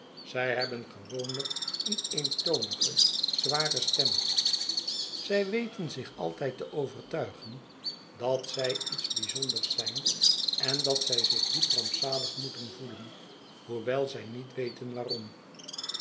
zij hebben gewoonlijk een eentonige zware stem zij weten zich altijd te schetsen van boz overtuigen dat zij iets bijzonders zijn en dat zij zich diep rampzaiig moeten voelen hoewel zij niet weten waarom